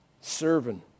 Servant